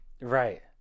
Right